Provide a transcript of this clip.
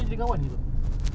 kan dia bayar dua belas